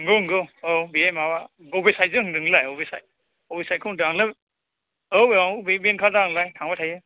नंगौ नंगौ औ बेयो माबा बबे साइदजों होनदों नोंलाय बबे साइद अबे साइदखौ होनदों आंलाय औ औ बे बेनोखादा आंलाय थांबाय थायो